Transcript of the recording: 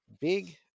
big